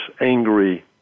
angry